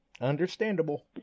Understandable